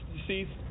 deceased